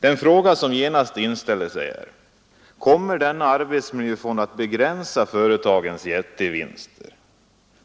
De frågor som genast inställer sig är: Kommer denna arbetsmiljöfond att begränsa företagens jättevinster,